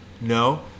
No